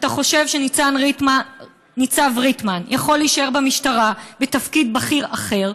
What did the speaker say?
אתה חושב שניצב ריטמן יכול להישאר במשטרה בתפקיד בכיר אחר?